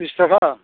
बिस थाखा